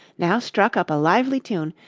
now struck up a lively tune,